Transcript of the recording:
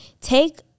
take